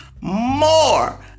More